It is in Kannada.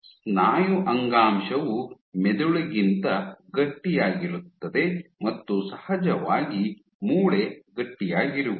ಸ್ನಾಯು ಅಂಗಾಂಶವು ಮೆದುಳುಗಿಂತ ಗಟ್ಟಿಯಾಗಿರುತ್ತದೆ ಮತ್ತು ಸಹಜವಾಗಿ ಮೂಳೆ ಗಟ್ಟಿಯಾಗಿರುವುದು